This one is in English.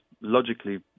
logically